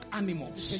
animals